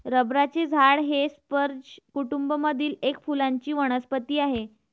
रबराचे झाड हे स्पर्ज कुटूंब मधील एक फुलांची वनस्पती आहे